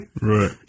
Right